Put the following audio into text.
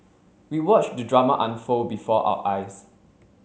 we watched the drama unfold before our eyes